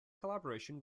collaboration